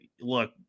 look